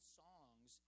songs